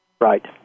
Right